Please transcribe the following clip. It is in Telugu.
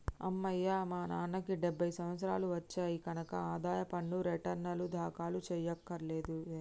అమ్మయ్యా మా నాన్నకి డెబ్భై సంవత్సరాలు వచ్చాయి కనక ఆదాయ పన్ను రేటర్నులు దాఖలు చెయ్యక్కర్లేదులే